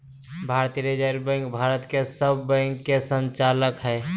भारतीय reserve bank Bharat के सब बैंक के संचालक हइ